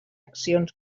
accions